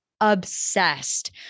obsessed